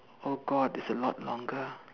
oh God it's a lot longer